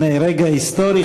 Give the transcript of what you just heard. הנה רגע היסטורי.